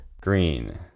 Green